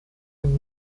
and